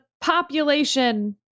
population